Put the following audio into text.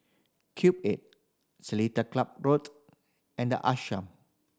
Cube Eight Seletar Club Road and The Ashram